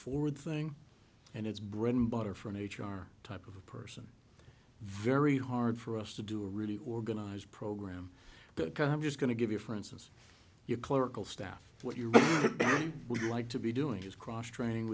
forward thing and it's bread and butter for an h r type of person very hard for us to do a really organized program but i'm just going to give you for instance your clerical staff what you would like to be doing is cross training